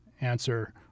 answer